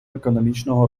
економічного